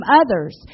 others